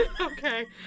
okay